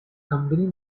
company